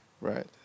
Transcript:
Right